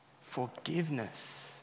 forgiveness